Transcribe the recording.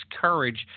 courage